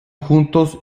juntos